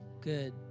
Good